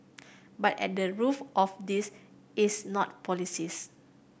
but at the roof of this is not policies